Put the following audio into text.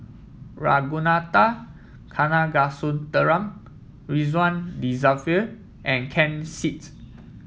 Ragunathar Kanagasuntheram Ridzwan Dzafir and Ken Seet